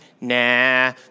Nah